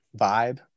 vibe